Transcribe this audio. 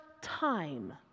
time